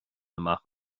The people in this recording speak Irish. amach